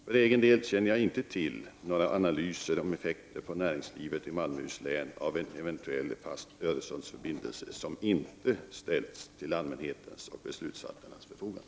För egen del känner jag inte till några analyser som inte ställts till allmänhetens och beslutsfattarnas förfogande av effekter på näringslivet i Malmöhus län av en eventuell fast Öresundsförbindelse.